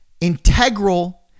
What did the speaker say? integral